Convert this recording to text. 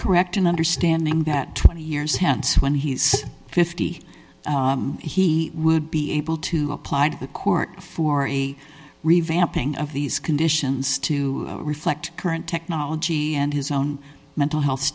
understanding that twenty years hence when he's fifty he would be able to apply to the court for a revamping of these conditions to reflect current technology and his own mental health